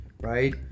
right